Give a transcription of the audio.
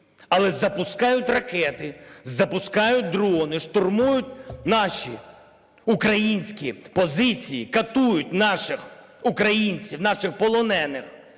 але запускають ракети, запускають дрони, штурмують наші українські позиції, катують наших українців, наших полонених,